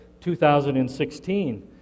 2016